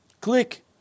click